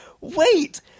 wait